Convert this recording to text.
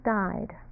died